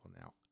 now